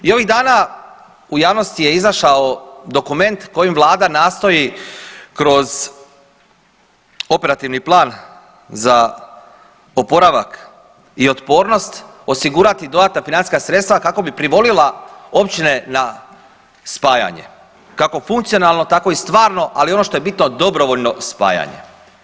I ovih dana u javnosti je izašao dokument kojim vlada nastoji kroz operativni plan za oporavak i otpornost osigurati dodatna financijska sredstva kako bi privolila općine na spajanje kako funkcionalno tako i stvarno, ali ono što je bitno dobrovoljno spajanje.